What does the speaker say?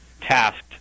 tasked